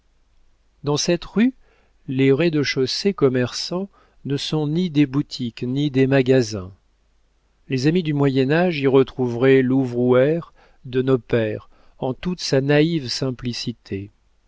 dans cette rue les rez-de-chaussée commerçants ne sont ni des boutiques ni des magasins les amis du moyen âge y retrouveraient l'ouvrouère de nos pères en toute sa naïve simplicité